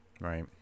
right